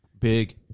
Big